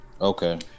okay